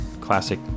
classic